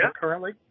currently